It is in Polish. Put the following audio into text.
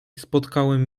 spotkałem